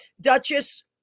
Duchess